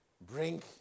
bring